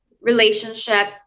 relationship